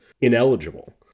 ineligible